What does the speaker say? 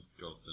God